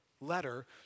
letter